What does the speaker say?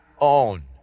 own